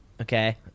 Okay